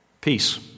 peace